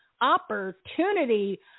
opportunity